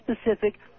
specific